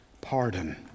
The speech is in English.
pardon